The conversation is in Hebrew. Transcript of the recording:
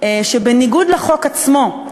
שבניגוד לחוק עצמו,